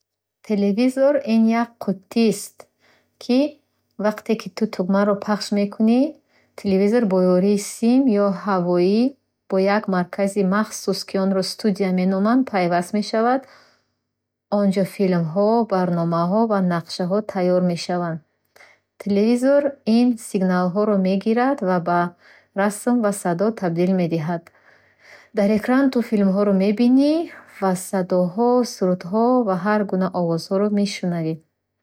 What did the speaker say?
Телевизор ин як қуттист, ки вақте ки ту тугмаро пахш мекунӣ, телевизор бо ёрии сим ё ҳавоӣ бо як маркази махсус — ки онро “студия” меноманд — пайваст мешавад. Онҷо филмҳо, барномаҳо ва нақшҳо тайёр мешаванд. Телевизор ин сигналҳоро мегирад ва ба расм ва садо табдил медиҳад. Дар экран ту филмҳоро мебинӣ ва садоҳо, сурудҳо ва ҳар гуна овозҳоро мешунавӣ.